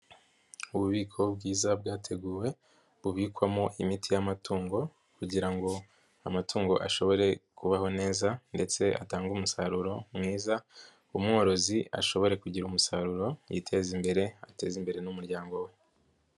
Ububiko bwiza bwateguwe bubikwamo imiti y'amatungo kugira ngo amatungo ashobore kubaho neza ndetse atange umusaruro mwiza umworozi ashobore kugira umusaruro yiteze imbere ateze imbere n'umuryango we.